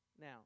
Now